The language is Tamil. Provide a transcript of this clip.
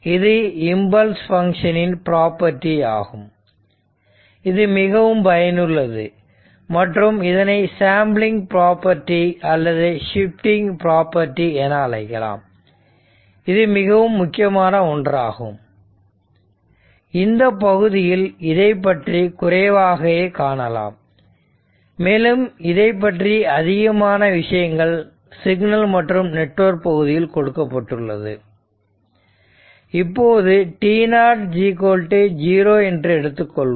இது இம்பல்ஸ் பங்க்ஷன் இன் பிராப்பர்டி ஆகும் இது மிகவும் பயனுள்ளது மற்றும் இதனை சாம்பிளிங் ப்ராப்பர்ட்டி அல்லது ஷிப்டிங் ப்ராப்பர்ட்டி என அழைக்கலாம் இது மிகவும் முக்கியமான ஒன்றாகும் இந்த பகுதியில் இதைப்பற்றி குறைவாகவே காணலாம் மேலும் இதனைப்பற்றி அதிகமான விஷயங்கள் சிக்னல் மற்றும் நெட்வொர்க் பகுதியில் கொடுக்கப்பட்டுள்ளது இப்போது t00 என்று எடுத்துக் கொள்வோம்